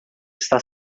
está